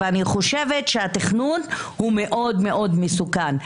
ואני חושבת שהתכנון הוא מאוד מאוד מסוכן.